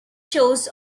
shows